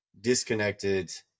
disconnected